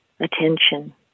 attention